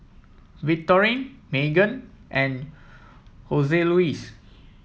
Victorine Meagan and Hoseluis